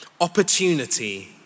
opportunity